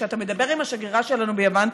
כשאתה מדבר עם השגרירה שלנו ביוון,